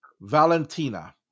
Valentina